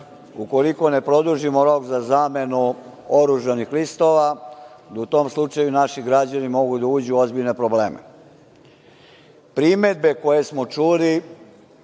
ukoliko ne produžimo rok za zamenu oružanih listova, da u tom slučaju naši građani mogu da uđu u ozbiljne probleme. Primedbe koje smo čuli